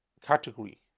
category